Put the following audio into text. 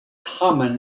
common